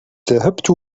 ذهبت